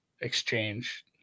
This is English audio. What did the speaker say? exchange